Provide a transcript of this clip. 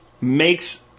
makes